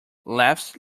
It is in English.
laughs